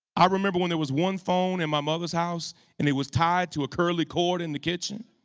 i remember when there was one phone in my mother's house and it was tied to a curly cord in the kitchen.